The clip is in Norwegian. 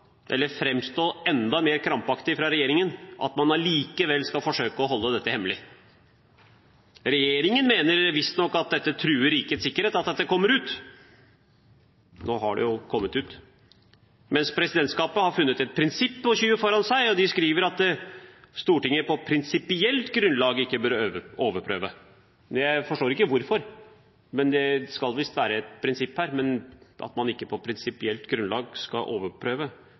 eller framstå enda mer krampaktig av regjeringen, at man likevel skal forsøke å holde dette hemmelig. Regjeringen mener visstnok at det truer rikets sikkerhet at dette kommer ut. Nå har det jo kommet ut, mens presidentskapet har funnet et prinsipp om å skyve dette foran seg. De skriver at Stortinget «på prinsipielt grunnlag» ikke bør overprøve dette. Jeg forstår ikke hvorfor, men det skal visst være et prinsipp her at man ikke på prinsipielt grunnlag skal overprøve